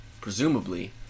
Presumably